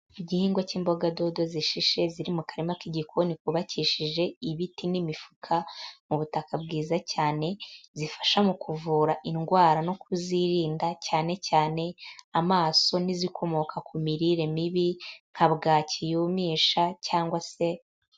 Igihingwa cy'imboga dodo zishishe ziri mu karima k'igikoni kubabakishije ibiti n'imifuka, mu butaka bwiza cyane, zifasha mu kuvura indwara no kuzirinda cyane cyane, amaso n'izikomoka ku mirire mibi, nka bwacyi yumisha cyangwa se...